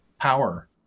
power